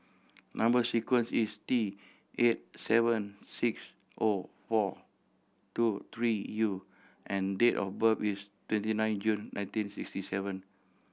number sequence is T eight seven six O four two three U and date of birth is twenty nine June nineteen sixty seven